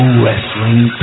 wrestling